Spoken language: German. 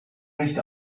nicht